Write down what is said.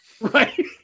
Right